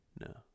No